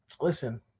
listen